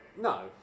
No